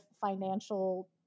financial